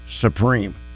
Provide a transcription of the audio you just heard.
supreme